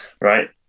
right